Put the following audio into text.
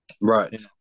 Right